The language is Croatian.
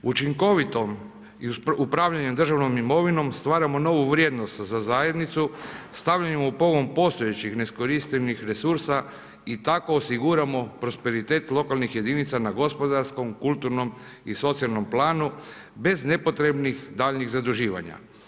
Učinkovitom i upravljanje državnom imovinom, stvaramo novu vrijednost za zajednicu, stavljanjem u pogon postojećih, neiskoristivih resursa i tako osiguramo prosperitet lokalnih jedinica na gospodarskom, kulturnom i socijalnom planu, bez nepotrebnih daljnjih zaduživanja.